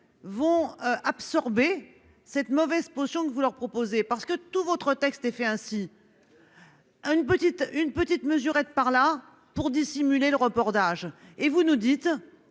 vont absorber cette mauvaise position que vous leur proposez parce que tout votre texte et fait ainsi. Une petite, une petite mesurette par là pour dissimuler le report d'âge et vous nous dites